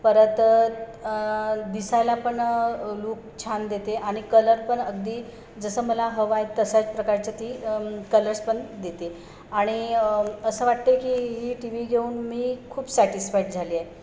परत दिसायला पण लूक छान देते आणि कलर पण अगदी जसं मला हवा आहे तशाच प्रकारच्या ती कलर्स पण देते आणि असं वाटते की ही टी व्ही घेऊन मी खूप सॅटिस्फाईड झाली आहे